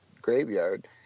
graveyard